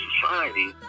society